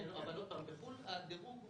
כן, אבל עוד פעם, בחו"ל הדירוג הוא